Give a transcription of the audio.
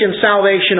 salvation